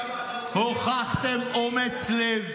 הוכחתם אומץ לב,